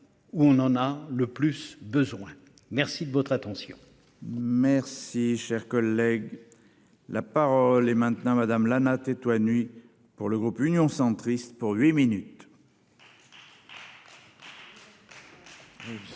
Où on en a le plus besoin. Merci de votre attention. Merci cher collègue. La parole est maintenant madame Lana Teto toi nuit pour le groupe Union centriste pour huit minutes.